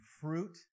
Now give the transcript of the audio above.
fruit